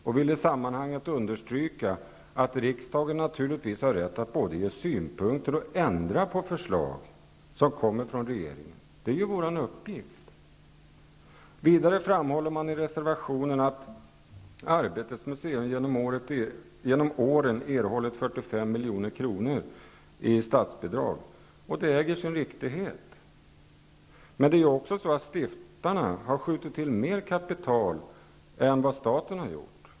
Jag vill i sammanhanget understryka att riksdagen naturligtvis har rätt att både ge synpunkter på och ändra på förslag som kommer från regeringen. Det är riksdagens uppgift. Vidare framhåller man i reservationen att Arbetets museum genom åren erhållit 45 milj.kr. i statsbidrag, vilket äger sin riktighet. Men det är också så att stiftarna har skjutit till mer kapital än vad staten har gjort.